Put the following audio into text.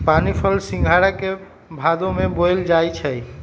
पानीफल सिंघारा के भादो में बोयल जाई छै